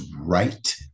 right